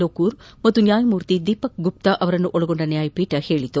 ಲೋಕೂರ್ ಹಾಗೂ ನ್ನಾಯಮೂರ್ತಿ ದೀಪಕ್ ಗುಪ್ತಾ ಅವರನ್ನೊಳಗೊಂಡ ನ್ನಾಯಪೀಠ ಹೇಳಿದೆ